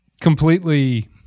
completely